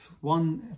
one